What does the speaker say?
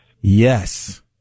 yes